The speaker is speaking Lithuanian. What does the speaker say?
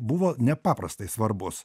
buvo nepaprastai svarbus